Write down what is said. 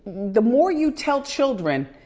the more you tell children,